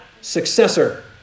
successor